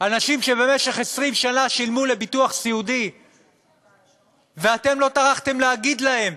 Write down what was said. אנשים שבמשך 20 שנה שילמו לביטוח סיעודי ואתם לא טרחתם להגיד להם,